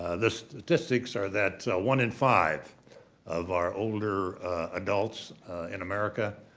ah the statistics are that one in five of our older adults in america